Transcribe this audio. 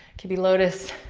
could be lotus.